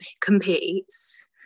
competes